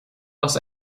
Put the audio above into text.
los